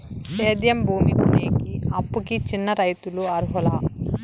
సేద్యం భూమి కొనేకి, అప్పుకి చిన్న రైతులు అర్హులా?